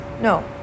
no